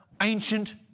ancient